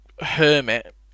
hermit